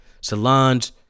Salons